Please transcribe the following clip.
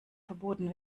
verboten